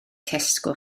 tesco